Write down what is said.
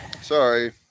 sorry